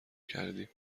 کردیم